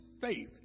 faith